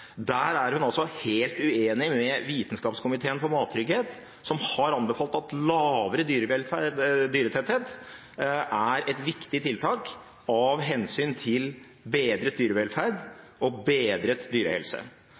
Der er hun altså helt uenig med Vitenskapskomiteen for mattrygghet, som har anbefalt at lavere dyretetthet er et viktig tiltak av hensyn til bedret dyrevelferd og bedret dyrehelse.